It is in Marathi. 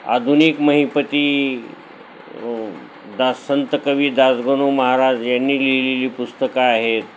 आधुनिक महिपती द संतकवी दासगणू महाराज यांनी लिहिलेली पुस्तकं आहेत